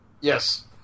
Yes